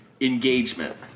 engagement